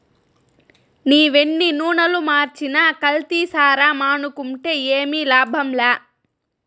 నీవెన్ని నూనలు మార్చినా కల్తీసారా మానుకుంటే ఏమి లాభంలా